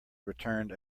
returned